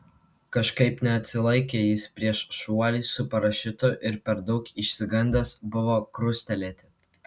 kažkaip neatsilaikė jis prieš šuolį su parašiutu ir per daug išsigandęs buvo krustelėti